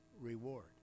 reward